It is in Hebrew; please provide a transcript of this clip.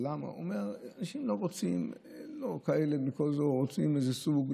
שאלתי אותו למה: הוא אומר שאנשים לא רוצים איזה סוג,